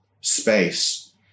space